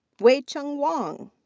weicheng wang.